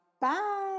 Bye